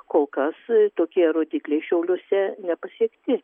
kol kas tokie rodikliai šiauliuose nepasiekti